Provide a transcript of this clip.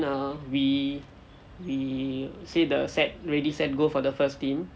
then err we we say the set ready set go for the first team